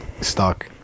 stuck